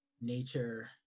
nature